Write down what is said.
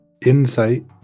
insight